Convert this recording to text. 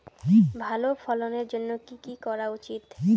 ভালো ফলনের জন্য কি কি করা উচিৎ?